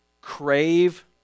crave